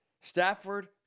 Stafford